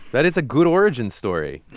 that is a good origin story